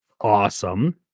awesome